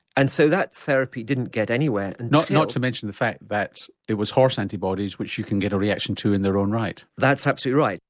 and so that therapy didn't get anywhere. not not to mention the fact that it was horse antibodies which you can get a reaction to in their own right. that's absolutely right.